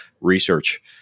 research